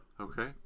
Okay